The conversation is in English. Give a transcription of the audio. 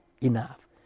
enough